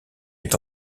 est